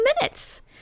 minutes